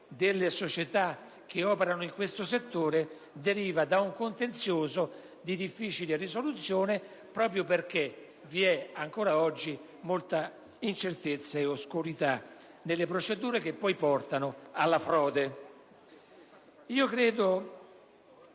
delle società che operano in questo settore deriva da un contenzioso di difficile risoluzione proprio perché vi è ancora oggi molta incertezza e oscurità nelle procedure che poi portano alla frode. Credo,